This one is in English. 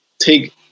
take